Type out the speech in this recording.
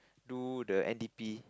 do the n_d_p